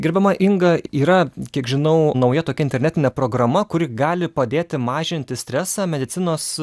gerbiama inga yra kiek žinau nauja tokia internetinė programa kuri gali padėti mažinti stresą medicinos